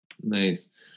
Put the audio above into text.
Nice